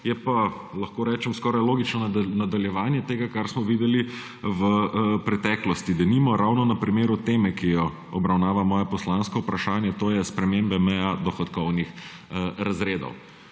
je pa, lahko rečem, skoraj logično nadaljevanje tega, kar smo videli v preteklosti. Denimo ravno na primeru teme, ki jo obravnava moje poslansko vprašaje, to je spremembe meja dohodkovnih razredov.